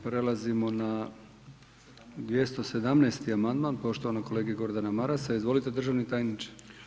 Prelazimo na 217. amandman poštovanog kolege Gordana Marasa, izvolite državni tajniče.